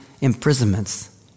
imprisonments